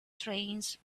trains